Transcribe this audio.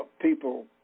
people